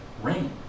rain